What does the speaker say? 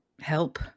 help